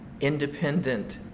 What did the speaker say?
independent